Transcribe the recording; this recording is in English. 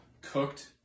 cooked